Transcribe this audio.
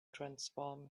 transform